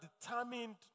determined